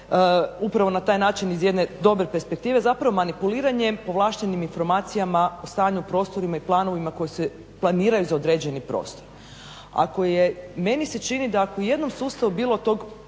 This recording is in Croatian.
upravo na taj način iz jedne dobre perspektive, zapravo manipuliranje povlaštenim informacijama o stanju u prostorima i planovima koji se planiraju za određeni prostor. Meni se čini da ako je u jednom sustavu bilo tog